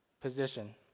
position